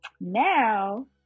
Now